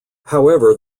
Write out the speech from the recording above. however